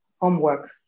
homework